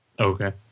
Okay